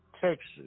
texas